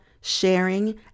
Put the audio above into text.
sharing